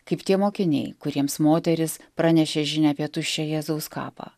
kaip tie mokiniai kuriems moteris pranešė žinią apie tuščią jėzaus kapą